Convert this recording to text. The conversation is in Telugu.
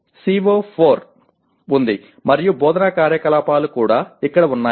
CO4 ఉంది మరియు బోధనా కార్యకలాపాలు కూడా ఇక్కడ ఉన్నాయి